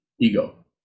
ego